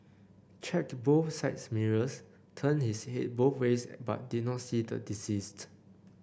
checked both side mirrors turned his head both ways but did not see the deceased